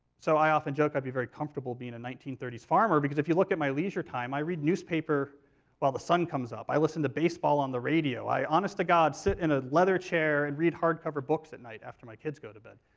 so i often joke i'd be very comfortable being a nineteen thirty s farmer, because if you look at my leisure time, i read the newspaper while the sun comes up i listen to baseball on the radio i honest-to-god sit in a leather chair and read hardcover books at night after my kids go to bed.